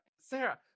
Sarah